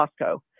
Costco